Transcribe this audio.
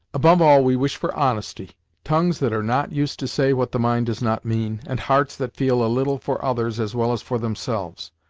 above all we wish for honesty tongues that are not used to say what the mind does not mean, and hearts that feel a little for others, as well as for themselves.